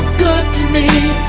to me,